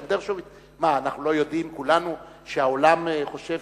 מה, אנחנו לא יודעים כולנו שהעולם חושב